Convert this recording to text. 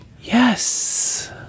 Yes